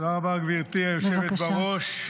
תודה רבה, גברתי היושבת בראש.